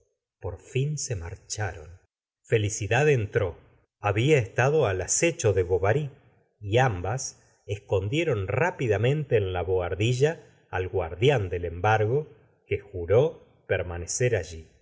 por fin se marcharon felicidad entró habfa estado al acecho de bovary y ambas escondieron rápidamente en la bohardilla al guardián del embargo que juró permanecer alli